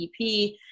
EP